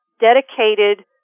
dedicated